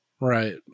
Right